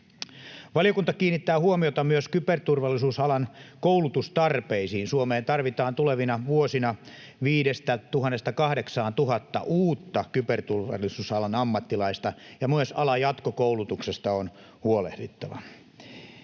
Valiokunta kiinnittää huomiota myös kyberturvallisuusalan koulutustarpeisiin. Suomeen tarvitaan tulevina vuosina 5 000—8 000 uutta kyberturvallisuusalan ammattilaista, ja myös alan jatkokoulutuksesta on huolehdittava.